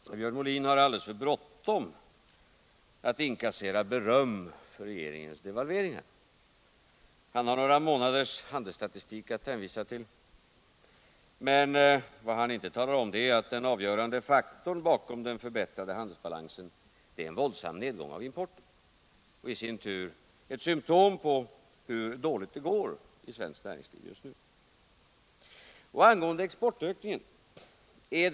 Herr talman! Björn Molin har alldeles för bråttom att inkassera beröm för regeringens devalveringar. Han har några månaders handelsstatistik att hänvisa till, men talar inte om att den avgörande faktorn bakom den förbättrade handelsbalansen är en våldsam nedgång av importen, som i sin tur är ett symtom på hur dåligt det just nu går i svenskt näringsliv.